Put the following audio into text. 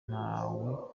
ntawe